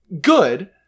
good